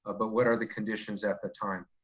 ah but what are the conditions at the time.